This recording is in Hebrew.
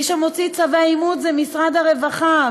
מי שמוציא צווי אימוץ זה משרד הרווחה,